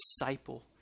disciple